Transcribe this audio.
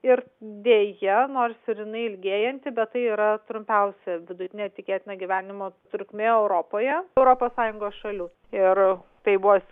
ir deja nors ir inai ilgėjanti bet tai yra trumpiausia vidutinė tikėtina gyvenimo trukmė europoje europos sąjungos šalių ir tai bus